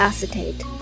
Acetate